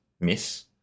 miss